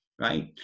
Right